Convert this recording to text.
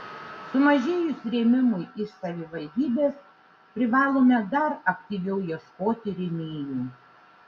sumažėjus rėmimui iš savivaldybės privalome dar aktyviau ieškoti rėmėjų